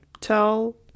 tell